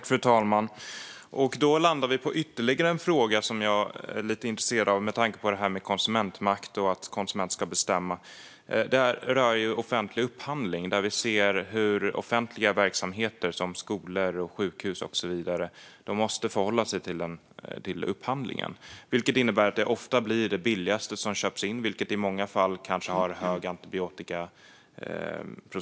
Fru talman! Då landar vi i ytterligare en fråga som jag är lite intresserad av, med tanke på konsumentmakt och att konsumenter ska bestämma. Den rör offentlig upphandling. Vi ser hur offentliga verksamheter, som skolor, sjukhus och så vidare, måste förhålla sig till upphandling. Det innebär att det ofta blir det billigaste köttet som köps in, som kanske i många fall innehåller mycket antibiotika.